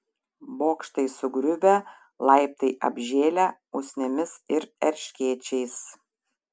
bokštai sugriuvę laiptai apžėlę usnimis ir erškėčiais